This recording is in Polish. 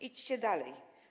Idźcie dalej.